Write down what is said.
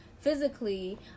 physically